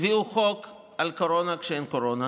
הביאו חוק על קורונה כשאין קורונה.